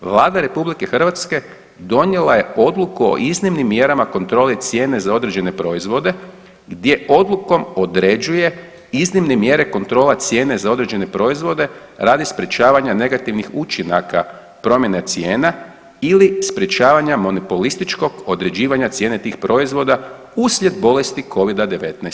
Vlada RH donijela je odluku o iznimnim mjerama kontrole cijene za određene proizvode gdje odlukom određuje iznimne mjere kontrola cijene za određene proizvode radi sprječavanja negativnih učinaka promjene cijena ili sprječavanja monopolističkog određivanja cijene tih proizvoda uslijed bolesti Covid-19.